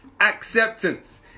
acceptance